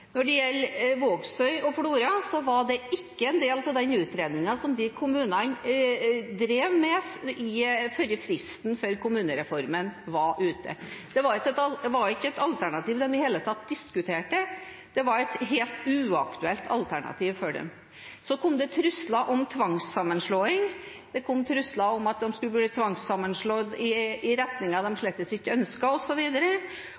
Når det gjelder Vågsøy og Flora, var det ikke en del av den utredningen som kommunene drev med før fristen for kommunereformen var ute. Det var ikke et alternativ de i det hele tatt diskuterte. Det var et helt uaktuelt alternativ for dem. Så kom det trusler om tvangssammenslåing, det kom trusler om at de skulle bli tvangssammenslått i retninger de slett ikke ønsket, osv., og i